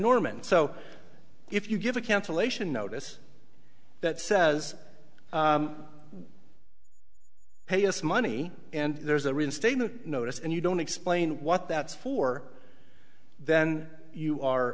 norman so if you give a cancellation notice that says pay us money and there's a reinstatement notice and you don't explain what that is for then you